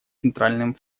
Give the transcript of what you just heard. центральным